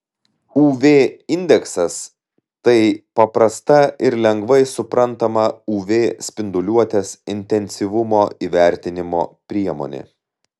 uv indeksas tai paprasta ir lengvai suprantama uv spinduliuotės intensyvumo įvertinimo priemonė